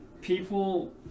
People